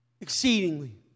exceedingly